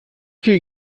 viel